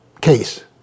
case